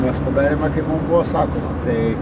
mes padarėme kaip mum buvo sakoma tai